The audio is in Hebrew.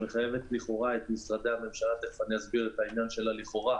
שמחייבת לכאורה את משרדי הממשלה תכף אני אסביר מדוע לכאורה